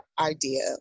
idea